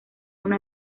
una